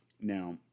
Now